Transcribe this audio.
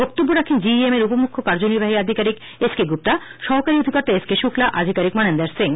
বক্তব্য রাখেন জিইএম এর উপ মুখ্য কার্যনির্বাহী আধিকারিক এসকেগুপ্তা সহকারী অধিকর্তা এসকেশুক্লা আধিকারিক মনেন্দর সিং